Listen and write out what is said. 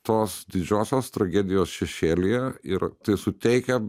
tos didžiosios tragedijos šešėlyje ir tai suteikia